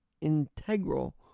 integral